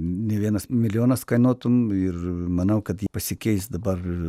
ne vienas milijonas kainuotų ir manau kad jei pasikeis dabar